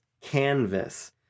canvas